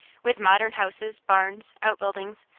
with modern houses, barns, outbuildings,